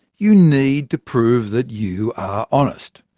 you need to prove that you are honest.